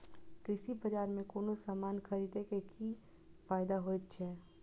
कृषि बाजार में कोनो सामान खरीदे के कि फायदा होयत छै?